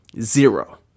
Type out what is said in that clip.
Zero